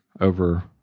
over